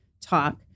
talk